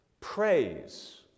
praise